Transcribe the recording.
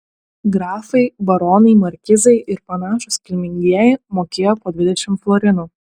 grafai baronai markizai ir panašūs kilmingieji mokėjo po dvidešimt florinų